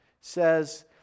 says